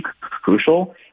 crucial